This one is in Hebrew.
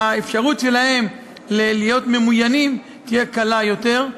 האפשרות שלהם להיות ממוינים תהיה קלה יותר.